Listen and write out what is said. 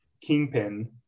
Kingpin